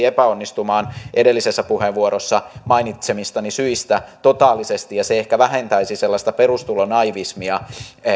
epäonnistumaan edellisessä puheenvuorossa mainitsemistani syistä totaalisesti ja se ehkä vähentäisi sellaista perustulonaivismia